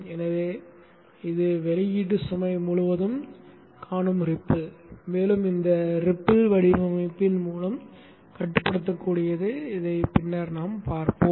எனவே இது வெளியீடு சுமை முழுவதும் காணும் ரிப்பில் ஆகும் மேலும் இந்த ரிப்பில் வடிவமைப்பின் மூலம் கட்டுப்படுத்தக்கூடியது என்பதை பின்னர் பார்ப்போம்